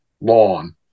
lawn